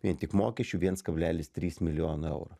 vien tik mokesčių viens kablelis trys milijono eurų